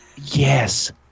yes